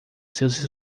seus